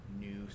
new